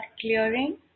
clearing